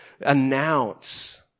announce